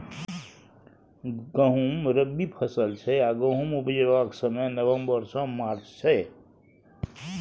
गहुँम रबी फसल छै आ गहुम उपजेबाक समय नबंबर सँ मार्च छै